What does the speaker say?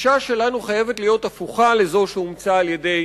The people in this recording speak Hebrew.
הגישה שלנו חייבת להיות הפוכה לזו שאומצה על-ידי